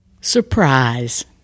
Surprise